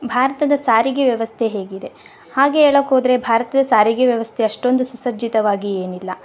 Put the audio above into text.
ಭಾರತದ ಸಾರಿಗೆ ವ್ಯವಸ್ಥೆ ಹೇಗಿದೆ ಹಾಗೆ ಹೇಳಕೋದ್ರೆ ಭಾರತದ ಸಾರಿಗೆ ವ್ಯವಸ್ಥೆ ಅಷ್ಟೊಂದು ಸುಸಜ್ಜಿತವಾಗಿ ಏನಿಲ್ಲ